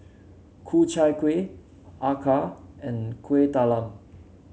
Ku Chai Kueh acar and Kuih Talam